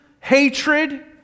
hatred